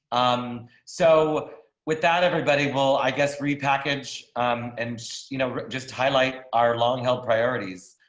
um, so with that everybody will i guess repackage and you know just highlight our long held priorities.